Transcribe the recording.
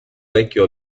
vecchio